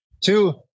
Two